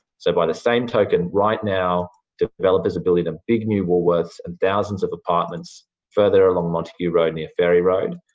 so, by the same token, right now, developers are building a big new woolworths and thousands of apartments further along montague road near ferry road,